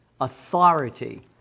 Authority